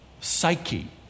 psyche